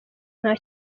nta